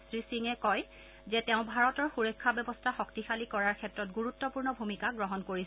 শ্ৰীসিঙে কয় তেওঁ ভাৰতৰ সূৰক্ষা ব্যৱস্থা শক্তিশালী কৰাৰ ক্ষেত্ৰত গুৰুত্পূৰ্ণ ভূমিকা গ্ৰহণ কৰিছিল